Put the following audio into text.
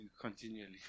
continually